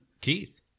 Keith